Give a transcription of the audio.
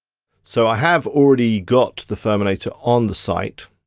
so i have already got the furminator on the site.